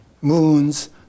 moons